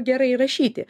gerai rašyti